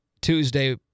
Tuesday